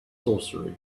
sorcery